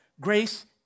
Grace